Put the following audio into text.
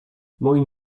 moim